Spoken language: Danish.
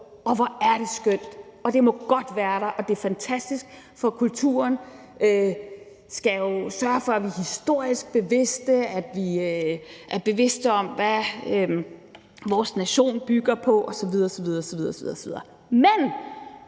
og hvor er det skønt! Det må godt være der, og det er fantastisk, for kulturen skal jo sørge for, at vi er historisk bevidste, at vi er bevidste om, hvad vores nation bygger på osv.